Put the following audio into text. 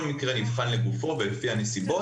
כל מקרה נבדק לגופו לפי הנסיבות.